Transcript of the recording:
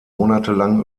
monatelang